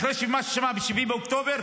אחרי ששמע מה קרה ב-7 באוקטובר,